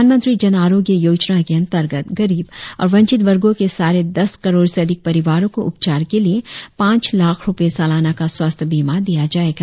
प्रधानमंत्री जन आरोग्य योजना के अंतर्गत गरीब और वंचित वर्गों के साढ़े दस करोड़ से अधिक परिवारों को उपचार के लिए पांच लाख़ रुपये सालाना का स्वास्थ्य बीमा दिया जाएगा